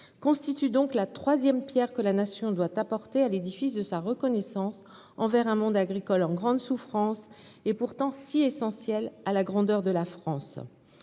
constitue donc la troisième pierre que la Nation doit apporter à l'édifice de sa reconnaissance envers un monde agricole en grande souffrance et pourtant si essentiel à la grandeur de la France.